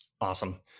Awesome